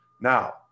Now